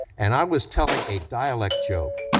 and i was telling a dialect joke